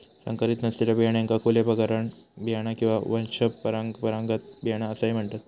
संकरीत नसलेल्या बियाण्यांका खुले परागकण बियाणा किंवा वंशपरंपरागत बियाणा असाही म्हणतत